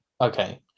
okay